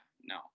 no